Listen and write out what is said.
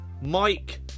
Mike